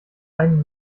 einen